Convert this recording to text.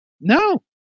No